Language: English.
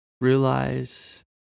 Realize